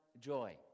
joy